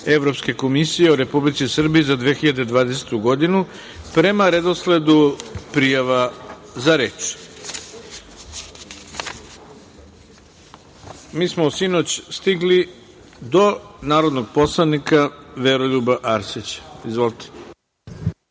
Evropske komisije o Republici Srbiji za 2020. godinu. Prema redosledu prijava za reč, sinoć smo stigli do narodnog poslanika Veroljuba Arsića. Izvolite.